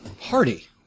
party